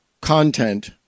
content